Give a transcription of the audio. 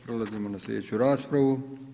Prelazimo na sljedeću raspravu.